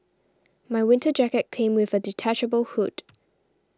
my winter jacket came with a detachable hood